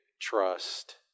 trust